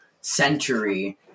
century